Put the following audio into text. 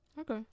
okay